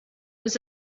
was